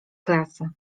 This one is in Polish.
klasy